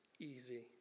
easy